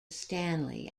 stanley